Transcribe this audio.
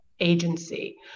agency